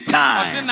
time